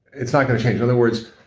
it's not going to other words,